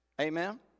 Amen